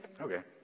okay